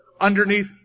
underneath